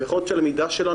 יכולת הלמידה שלנו,